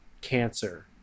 cancer